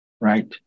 right